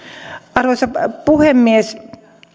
arvoisa puhemies